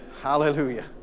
Hallelujah